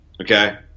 Okay